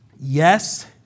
yes